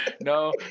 No